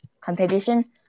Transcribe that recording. competition